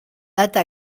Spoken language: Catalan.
data